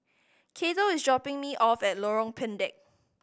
Cato is dropping me off at Lorong Pendek